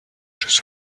jeux